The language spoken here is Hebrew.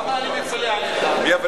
למה אני מתפלא עליך?